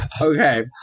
Okay